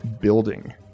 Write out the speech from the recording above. building